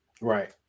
Right